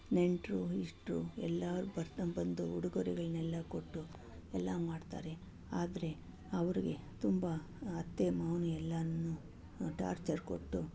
ನೆಂಟರು ಇಷ್ಟರು ಎಲ್ಲರೂ ಬರ್ ಬಂದು ಉಡುಗೊರೆಗಳನ್ನೆಲ್ಲ ಕೊಟ್ಟು ಎಲ್ಲ ಮಾಡ್ತಾರೆ ಆದರೆ ಅವರಿಗೆ ತುಂಬ ಅತ್ತೆ ಮಾವನೂ ಎಲ್ಲರೂ ಟಾರ್ಚರ್ ಕೊಟ್ಟು